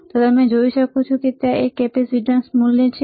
શું તમે જોઈ શકો છો કે ત્યાં એક કેપેસીટન્સ મૂલ્ય છે